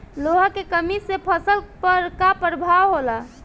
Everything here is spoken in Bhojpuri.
लोहा के कमी से फसल पर का प्रभाव होला?